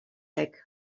back